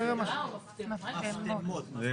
פיטום עופות.